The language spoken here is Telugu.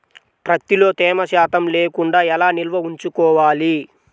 ప్రత్తిలో తేమ శాతం లేకుండా ఎలా నిల్వ ఉంచుకోవాలి?